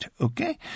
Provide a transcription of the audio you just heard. okay